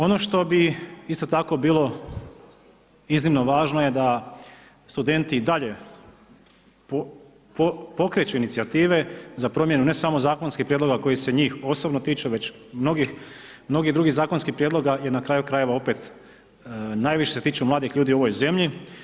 Ono što bi isto tako bilo iznimno važno je da studenti i dalje pokreću inicijative za promjenu ne samo zakonskih prijedloga koji se njih osobno tiču, već mnogih drugih zakonskih prijedloga i na kraju krajeva opet najviše se tiču mladih ljudi u ovoj zemlji.